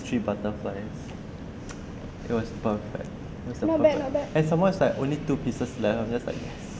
three butterflies it was perfect that's not bad at some more there's like only two pieces left I'm just like yes